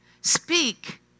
speak